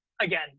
again